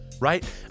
Right